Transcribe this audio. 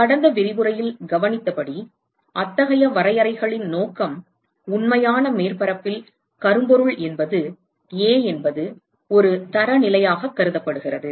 கடந்த விரிவுரையில் கவனித்தபடி அத்தகைய வரையறைகளின் நோக்கம் உண்மையான மேற்பரப்பில் கரும்பொருள் என்பது a என்பது ஒரு தரநிலையாகக் கருதப்படுகிறது